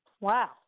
Wow